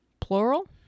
Plural